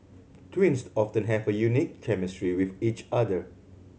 twins often have a unique chemistry with each other